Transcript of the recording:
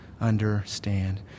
understand